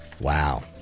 Wow